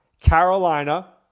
Carolina